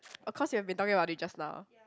oh cause you have been talking about it just now